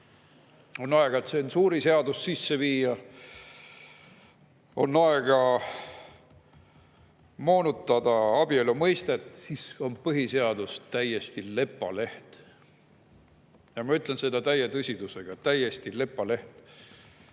on aega tsensuuriseadus sisse viia ja on aega moonutada abielu mõistet. Siis on põhiseadus täiesti lepaleht. Ma ütlen seda täie tõsidusega: täiesti lepaleht.